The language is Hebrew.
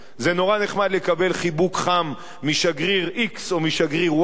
זה נורא נחמד לקבל חיבוק חם משגריר x או משגריר y,